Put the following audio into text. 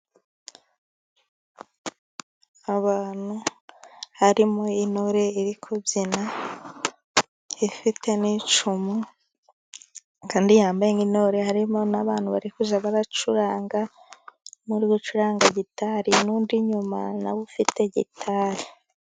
Abantu harimo intore iri kubyina, ifite n'icumu, kandi yambaye nk'intore, harimo n'abantu barikujya bacuranga, n'uri gucuranga gitari, n'undi inyuma na we ufite gitari.